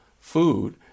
food